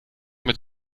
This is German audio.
mit